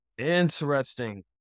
Interesting